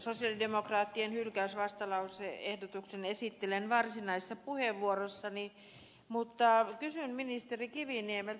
sosialidemokraattien hylkäysvastalause ehdotuksen esittelen varsinaisessa puheenvuorossani mutta kysyn ministeri kiviniemeltä